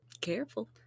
Careful